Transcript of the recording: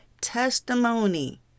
testimony